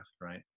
right